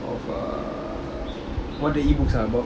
of err what the ebooks are about